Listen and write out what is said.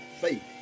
faith